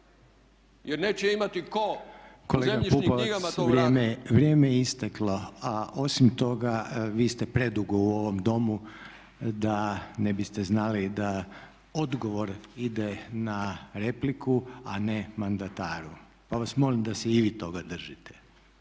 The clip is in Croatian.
jer neće imati tko u zemljišnim knjigama to uraditi … **Reiner, Željko (HDZ)** Kolega Pupovac vrijeme je isteklo, a osim toga vi ste predugo u ovom Domu da ne biste znali da odgovor ide na repliku, a ne mandataru, pa vas molim da se i vi toga držite.